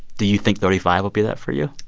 do you think thirty five will be that for you?